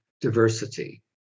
diversity